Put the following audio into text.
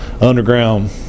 underground